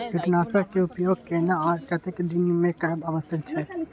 कीटनाशक के उपयोग केना आर कतेक दिन में करब आवश्यक छै?